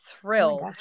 thrilled